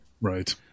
Right